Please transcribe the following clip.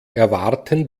erwarten